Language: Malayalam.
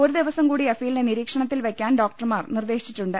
ഒരു ദിവസം കൂടി അഫീലിനെ നിരീക്ഷണത്തിൽ വയ്ക്കാൻ ഡോക്ടർമാർ നിർദേശിച്ചിട്ടുണ്ട്